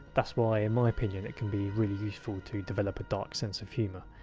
that's why, in my opinion, it can be really useful to develop a dark sense of humour.